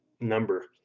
number